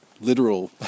literal